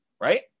right